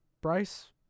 Bryce